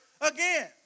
again